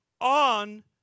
on